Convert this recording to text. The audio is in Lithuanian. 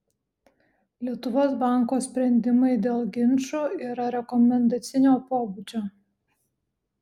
lietuvos banko sprendimai dėl ginčų yra rekomendacinio pobūdžio